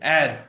add